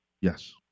Yes